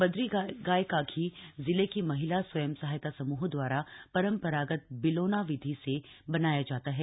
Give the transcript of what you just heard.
बद्गी गाय घी जिले की महिला स्वयं सहायता समूहों दवारा परम्परागत बिलोना विधि से बनाया जाता है